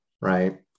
right